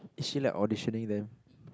is she like auditioning them